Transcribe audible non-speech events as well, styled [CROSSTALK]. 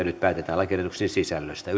[UNINTELLIGIBLE] nyt päätetään lakiehdotusten sisällöstä [UNINTELLIGIBLE]